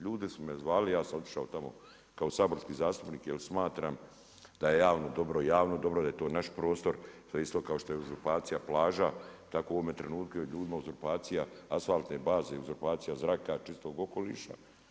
Ljudi su me zvali, ja sam otišao tamo kao saborski zastupnik jer smatram da je javno dobro javno dobro, da je to naš prostor, to je isto kao što je uzurpacija plaža, tako u ovom trenutku je ljudima uzurpacija asfaltne baze, uzurpacija zraka, čistog okoliša.